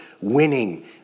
winning